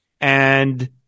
And-